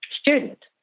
student